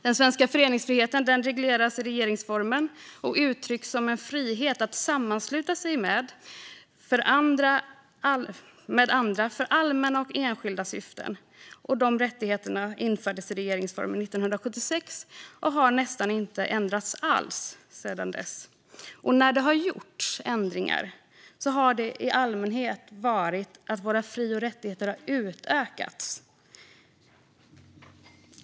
Den svenska föreningsfriheten regleras i regeringsformen och uttrycks som en frihet att sammansluta sig med andra för allmänna och enskilda syften. De rättigheterna infördes i regeringsformen 1976 och har nästan inte ändrats alls sedan dess. När det har gjorts ändringar har det i allmänhet varit att våra fri och rättigheter har utökats.